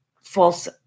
false